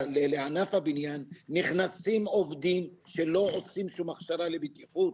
שלענף הבניין נכנסים עובדים שלא עושים שום הכשרה לבטיחות?